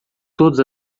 todas